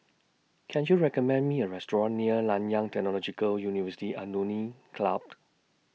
Can YOU recommend Me A Restaurant near Nanyang Technological University Alumni Club